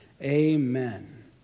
Amen